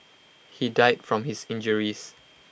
he died from his injuries